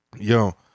yo